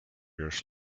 years